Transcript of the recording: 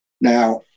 Now